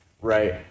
right